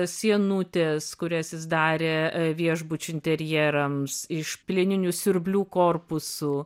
sienutės kurias jis darė viešbučių interjerams iš plieninių siurblių korpusų